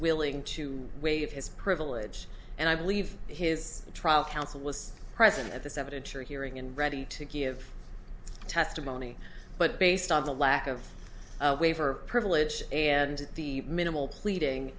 willing to waive his privilege and i believe his trial counsel was present at this evidence or hearing and ready to give testimony but based on the lack of waiver privilege and the minimal pleading